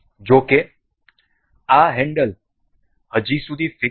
જો કે આ હેન્ડલ હજી સુધી ફીક્સ નથી